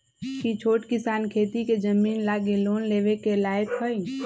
कि छोट किसान खेती के जमीन लागी लोन लेवे के लायक हई?